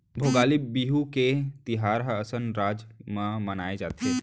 भोगाली बिहू के तिहार ल असम राज म मनाए जाथे